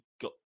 got